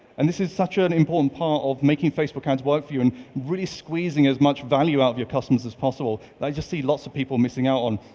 and this is such an important part of making facebook ads work for you and really squeezing as much value out of your customers as possible that i just see lots of people missing out on.